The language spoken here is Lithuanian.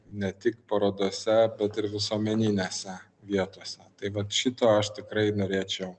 ne tik parodose bet ir visuomeninėse vietose tai vat šito aš tikrai norėčiau